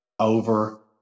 over